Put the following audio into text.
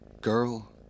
Girl